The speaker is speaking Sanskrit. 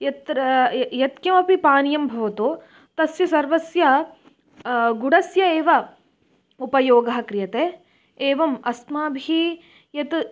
यत्र यत्किमपि पानीयं भवतु तस्य सर्वस्य गुडस्य एव उपयोगः क्रियते एवम् अस्माभिः यत्